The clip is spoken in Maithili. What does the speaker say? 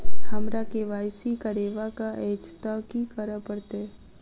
हमरा केँ वाई सी करेवाक अछि तऽ की करऽ पड़तै?